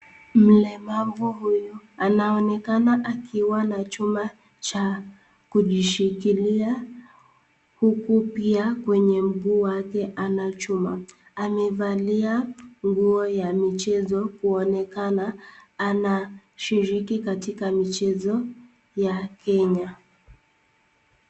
Mlemavu huyu anaonekana akiwa na chuma cha kujishikilia uku pia kwenye mguu wake ana chuma. Amevalia nguo ya michezo kuonekana anashiriki katika michezo ya Kenya.